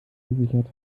gesichert